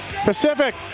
Pacific